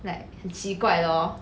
like 很奇怪 lor